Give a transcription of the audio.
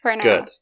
good